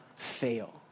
fail